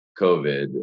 COVID